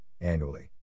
annually